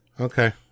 Okay